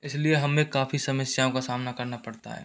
इसलिए हमें काफ़ी समस्याओं का सामना करना पड़ता है